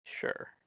Sure